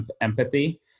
empathy